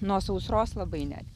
nuo sausros labai netgi